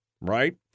right